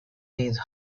these